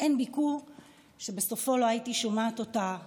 אין ביקור שבסופו של הייתי שומעת אותה בוכה.